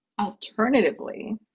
Alternatively